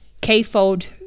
K-fold